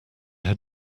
had